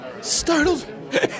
startled